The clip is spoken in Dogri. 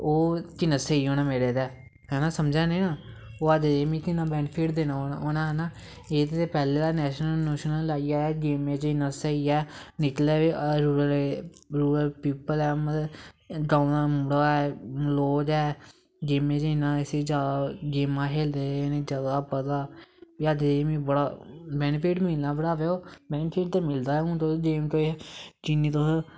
ओह् किन्ना स्हेई होना मेरै तै तुस समझा ने ना ओह् अग्गैं जाइयै किन्ना बैनिफिट देना मिगी उनैं आक्खनां एह् ते पैह्लें दा नैशनल नूशनल लाई आए दा गेमें च इन्नां स्हेई ऐ निकले दा बी रूरल प्यूपर ऐ मतलव गांव दा मुड़ा ऐ लोग ऐ गेमें च इसी इन्नां जादा गेमां केलदे जादा पता अग्गैं जाइयै मिगी बड़ा बैनिफिट मिलना भ्रावे बैनिफिट ते मिलदा गै ऐ हून तुस गेम कोई जिन्नी तुस